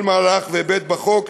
כל מהלך והיבט בחוק,